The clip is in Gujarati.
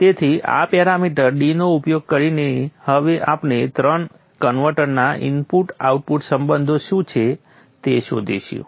તેથી આ પેરામીટર d નો ઉપયોગ કરીને હવે આપણે ત્રણેય કન્વર્ટરના ઇનપુટ આઉટપુટ સંબંધો શું છે તે શોધી કાઢીશું